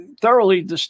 thoroughly